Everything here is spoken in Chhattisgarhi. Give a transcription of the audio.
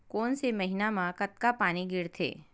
कोन से महीना म कतका पानी गिरथे?